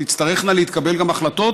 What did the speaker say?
תצטרכנה להתקבל גם החלטות